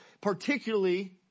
particularly